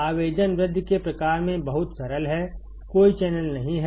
आवेदन वृद्धि के प्रकार में बहुत सरल है कोई चैनल नहीं है